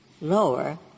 lower